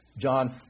John